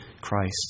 Christ